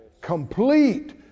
complete